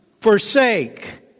forsake